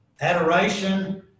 adoration